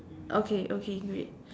okay okay great